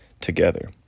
Together